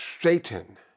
Satan